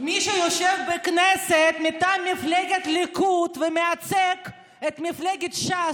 מי שיושב בכנסת מטעם מפלגת הליכוד ומייצג את מפלגת ש"ס,